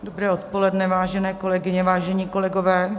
Dobré odpoledne, vážené kolegyně, vážení kolegové.